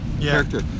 character